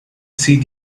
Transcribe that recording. see